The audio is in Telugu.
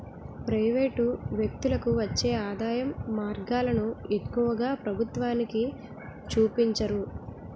ప్రైవేటు వ్యక్తులకు వచ్చే ఆదాయం మార్గాలను ఎక్కువగా ప్రభుత్వానికి చూపించరు